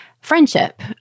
friendship